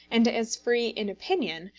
and as free in opinion,